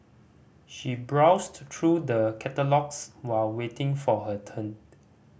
she browsed through the catalogues while waiting for her turn